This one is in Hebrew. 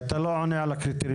אתה לא עונה על הקריטריון,